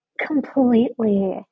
Completely